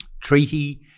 Treaty